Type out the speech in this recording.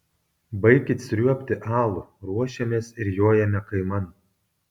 baikit sriuobti alų ruošiamės ir jojame kaiman